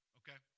okay